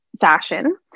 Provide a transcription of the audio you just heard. fashion